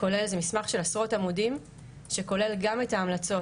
זה מסמך של עשרות עמודים שכולל גם את ההמלצות,